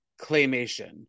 claymation